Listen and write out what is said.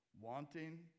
wanting